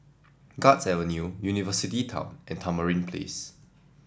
Guards Avenue University Town and Tamarind Place